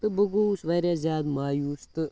تہٕ بہٕ گوٚوُس واریاہ زیادٕ مایوٗس تہٕ